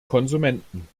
konsumenten